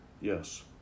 Yes